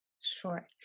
Sure